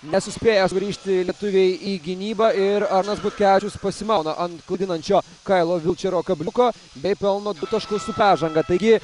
nesuspėję grįžti lietuviai į gynybą ir arnas butkevičius pasimauna ant klaidinančio kailo vilčero kabliuko bei pelno taškus su pražanga taigi